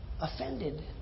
offended